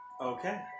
Okay